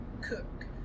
cook